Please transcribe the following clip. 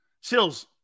Sills